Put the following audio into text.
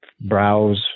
browse